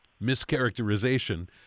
mischaracterization